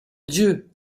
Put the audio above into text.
dieu